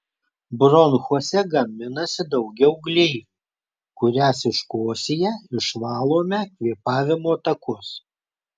bronchuose gaminasi daugiau gleivių kurias iškosėję išvalome kvėpavimo takus